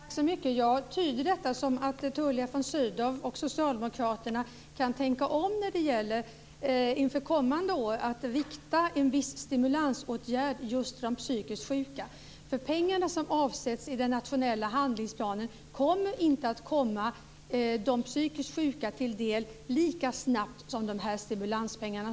Fru talman! Jag tyder detta som att Tullia von Sydow och socialdemokraterna inför kommande år kan tänka om när det gäller att rikta en viss stimulansåtgärd just till de psykiskt sjuka. De pengar som avsätts i den nationella handlingsplanen kommer inte att komma de psykiskt sjuka till del lika snabbt som dessa stimulanspengar.